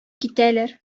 китәләр